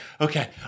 okay